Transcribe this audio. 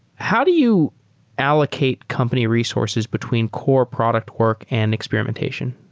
how do you allocate company resources between core product work and experimentation?